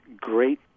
great